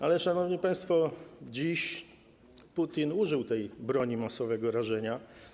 Ale, szanowni państwo, dziś Putin użył tej broni masowego rażenia.